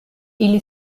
ili